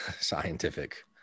scientific